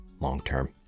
long-term